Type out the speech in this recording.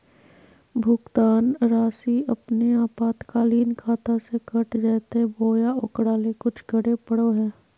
भुक्तान रासि अपने आपातकालीन खाता से कट जैतैय बोया ओकरा ले कुछ करे परो है?